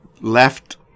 left